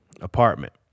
apartment